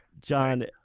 John